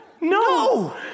No